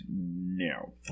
no